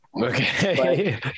Okay